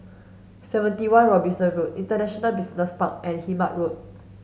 seventy one Robinson Road International Business Park and Hemmant Road